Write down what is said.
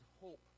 hope